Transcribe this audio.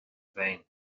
féin